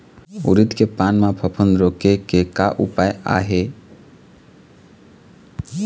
उरीद के पान म फफूंद रोके के का उपाय आहे?